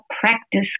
practice